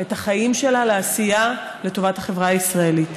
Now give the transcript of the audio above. את החיים שלה לעשייה לטובת החברה הישראלית.